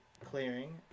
clearing